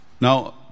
now